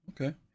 Okay